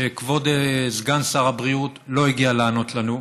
שכבוד סגן שר הבריאות לא הגיע לענות לנו.